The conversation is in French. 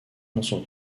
mention